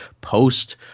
post